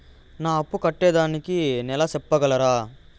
నా అప్పు కట్టేదానికి నెల సెప్పగలరా?